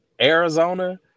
Arizona